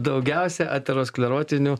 daugiausia aterosklerotinių